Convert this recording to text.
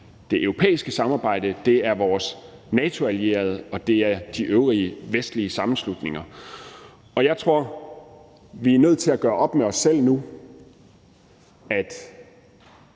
det europæiske samarbejde, vores NATO-allierede og de øvrige vestlige sammenslutninger. Jeg tror, at vi er nødt til at gøre op med os selv nu, om